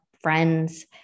friends